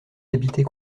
habitée